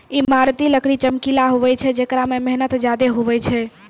ईमारती लकड़ी चमकिला हुवै छै जेकरा मे मेहनत ज्यादा हुवै छै